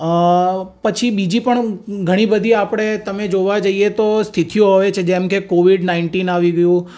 અ પછી બીજી પણ ઘણી બધી આપણે તમે જોવા જઈએ તો સ્થિતિઓ હોય છે જેમ કે કોવિડ નાઇન્ટીન આવી ગયું